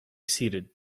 seated